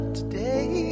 Today